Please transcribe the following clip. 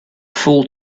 full